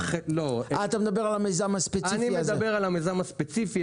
אני מדבר על המיזם הספציפי הזה.